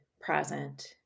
present